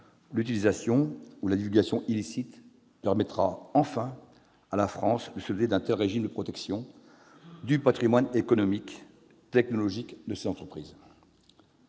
l'utilisation et la divulgation illicites permettra enfin à la France de se doter d'un tel régime de protection du patrimoine économique, technologique, de ses entreprises.